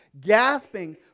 gasping